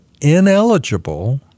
ineligible